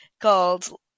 called